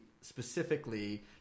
specifically